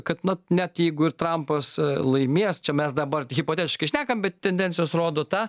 kad na net jeigu ir trampas laimės čia mes dabar hipotetiškai šnekam bet tendencijos rodo tą